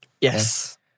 Yes. —